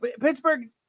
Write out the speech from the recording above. Pittsburgh